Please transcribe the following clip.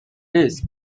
disk